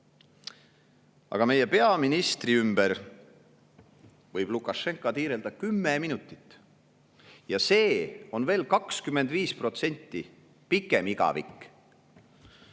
aga meie peaministri ümber võib Lukašenka tiirelda kümme minutit. See on 25% pikem igavik,